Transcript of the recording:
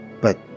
But-